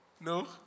No